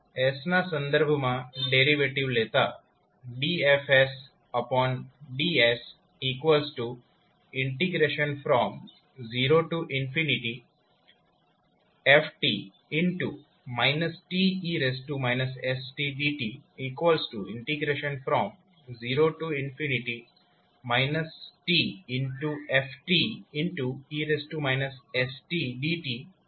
s ના સંદર્ભમાં derivative લેતા dFds0fdt 0 t fe stdt ℒ t f થશે